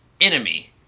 enemy